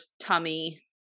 tummy